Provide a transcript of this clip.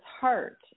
heart